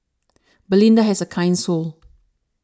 Belinda has a kind soul